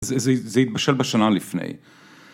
זה, זה יתבשל בשנה לפני